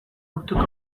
urtuko